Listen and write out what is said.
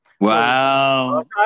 Wow